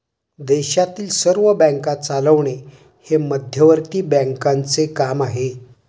देशातील सर्व बँका चालवणे हे मध्यवर्ती बँकांचे काम आहे